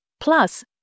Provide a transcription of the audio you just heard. plus